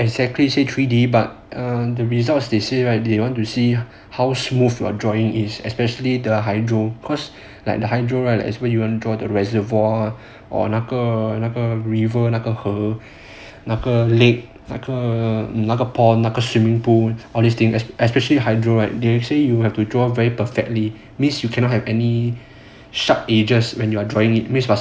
I'm not exactly say three D but err the results they say right they want to see how smooth your drawing is especially the hydro cause like the hydro right I still remember you want to draw the reservoir or 那个那个 river 那个河那个 lake 那个 pond 那个 swimming pool all this thing especially hydro right they actually say you have to draw very perfectly means you cannot have any sharp edges when you are drawing it means must all